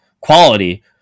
quality